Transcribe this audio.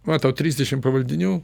va tau trisdešimt pavaldinių